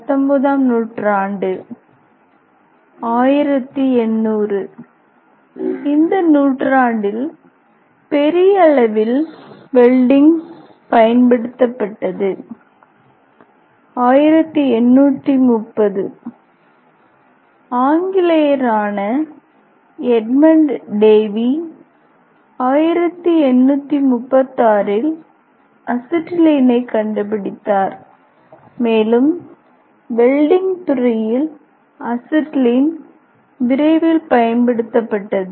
19 ஆம் நூற்றாண்டு இந்த நூற்றாண்டில் பெரிய அளவில் வெல்டிங் பயன்படுத்தப்பட்டது 1830 ஆங்கிலேயரான எட்மண்ட் டேவி 1836 இல் அசிட்டிலீனைக் கண்டுபிடித்தார் மேலும் வெல்டிங் துறையில் அசிட்டிலீன் விரைவில் பயன்படுத்தப்பட்டது